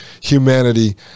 humanity